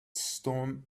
storm